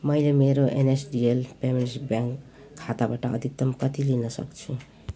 मैले मेरो NSDL payments bank खाताबाट अधिकतम कति लिन सक्छु